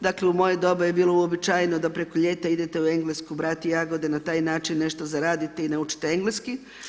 Dakle u moje doba je bilo uobičajeno da preko ljeta idete u Englesku brati jagode, na taj način nešto zaradite i naučite engleski.